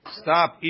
stop